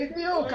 בדיוק,